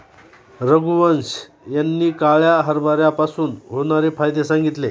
रघुवंश यांनी काळ्या हरभऱ्यापासून होणारे फायदे सांगितले